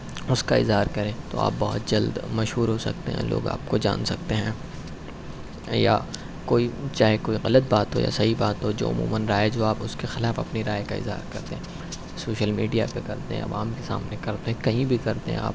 اس کا اظہار کریں تو آپ بہت جلد مشہور ہو سکتے ہیں لوگ آپ کو جان سکتے ہیں یا کوئی چاہے کوئی غلط بات ہو یا صحیح بات ہو جو عموماََ رائج ہو آپ اس کے خلاف اپنی رائے کا اظہار کرتے ہیں سوشل میڈیا پر کرتے ہیں عوام کے سامنے کرتے ہیں کہیں بھی کرتے ہیں آپ